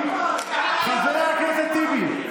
חבר הכנסת טיבי,